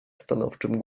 stanowczym